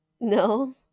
No